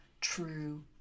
true